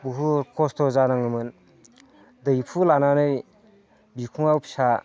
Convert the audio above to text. बुहुद खस्थ' जानाङोमोन दैहु लानानै बिखुङाव फिसा